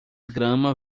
grama